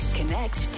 Connect